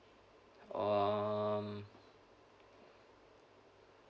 um